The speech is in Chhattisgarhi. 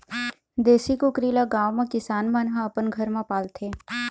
देशी कुकरी ल गाँव म किसान मन ह अपन घर म पालथे